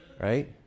right